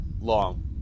long